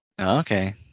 okay